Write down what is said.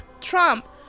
trump